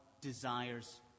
desires